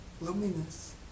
Luminous